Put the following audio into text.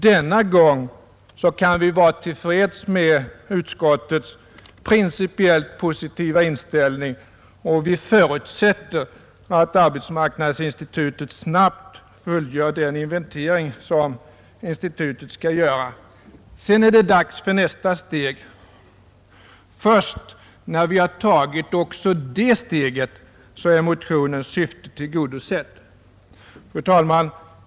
Denna gång kan vi vara till freds med utskottets principiellt positiva inställning, och vi förutsätter att arbetsmarknadsinstitutet snabbt fullgör den inventering som institutet skall göra. Sedan är det dags för nästa steg. Först när vi har tagit också det steget är motionens syfte tillgodosett. Fru talman!